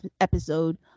episode